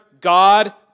God